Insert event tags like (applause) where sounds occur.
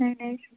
(unintelligible)